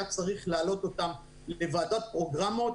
צריך להעלות אותם לוועדת פרוגרמות,